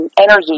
energy